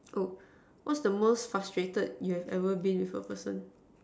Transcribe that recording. oh what's the most frustrated you have ever been with a person